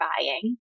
buying